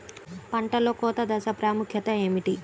పంటలో కోత దశ ప్రాముఖ్యత ఏమిటి?